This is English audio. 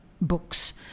books